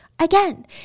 Again